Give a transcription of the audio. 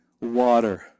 water